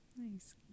Nice